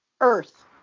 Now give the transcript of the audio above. earth